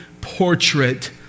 portrait